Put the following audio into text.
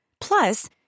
Plus